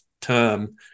term